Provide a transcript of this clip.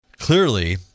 Clearly